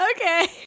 Okay